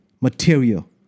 Material